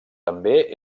també